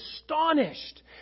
astonished